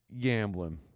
gambling